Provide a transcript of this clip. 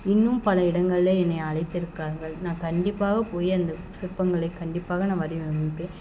இன்னும் பல இடங்களில் என்னை அழைத்திருக்காங்க நான் கண்டிப்பாக போய் அந்த சிற்பங்களை கண்டிப்பாக நான் வடிவமைப்பேன்